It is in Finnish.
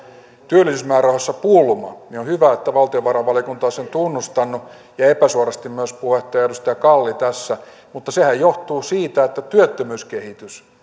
työllisyysmäärärahoissa pulma niin on hyvä että valtiovarainvaliokunta on sen tunnustanut ja epäsuorasti myös puheenjohtaja edustaja kalli tässä mutta sehän johtuu siitä että työttömyyskehitys